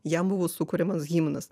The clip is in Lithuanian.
jam buvo sukuriamas himnas